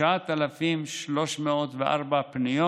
9,304 פניות.